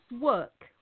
work